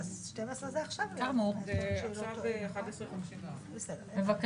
זה כואב ברמה שאי